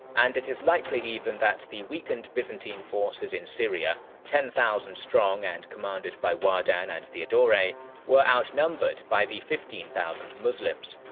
and it is likely even that the weakened byzantine forces in syria ten thousand strong and commanded by wardan and theodore were outnumbered by the fifteen thousand muslims.